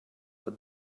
but